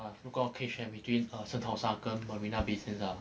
如果我可以选 between 圣淘沙跟 marina bay sands ah